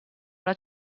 una